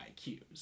IQs